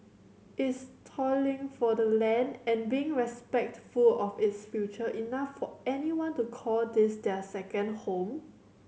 is toiling for the land and being respectful of its future enough for anyone to call this their second home